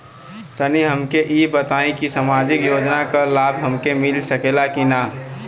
तनि हमके इ बताईं की सामाजिक योजना क लाभ हमके मिल सकेला की ना?